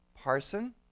Parson